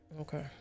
Okay